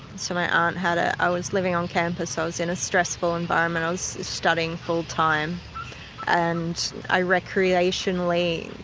so my aunt had it, ah i was living on campus, i was in a stressful environment, i was studying full time and i recreationally,